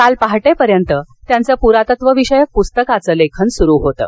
काल पहाटेपर्यंत त्यांचं प्रातत्तवविषयक पुस्तकाचं लेखन सुरु होतं